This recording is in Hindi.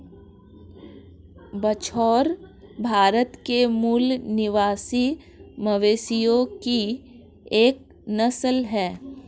बछौर भारत के मूल निवासी मवेशियों की एक नस्ल है